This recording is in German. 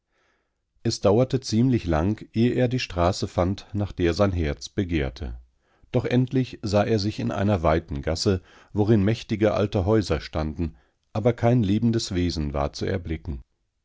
es dauerte ziemlich lang eh er die straße fand nach der sein herz begehrte doch endlich sah er sich in einer weiten gasse worin mächtige alte häuser standen aber kein lebendes wesen war zu erblicken